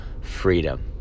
freedom